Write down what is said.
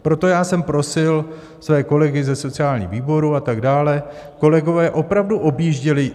Proto jsem prosil své kolegy ze sociálního výboru a tak dále, kolegové opravdu objížděli.